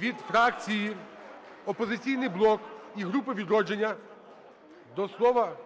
Від фракції "Опозиційний блок" і групи "Відродження" до слова…